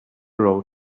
road